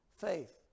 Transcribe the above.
Faith